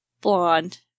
Blonde